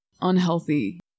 unhealthy